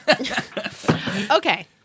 Okay